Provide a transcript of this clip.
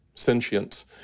Sentience